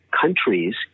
countries